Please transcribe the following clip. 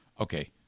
Okay